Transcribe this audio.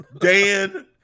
Dan